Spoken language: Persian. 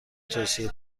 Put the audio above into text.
توصیه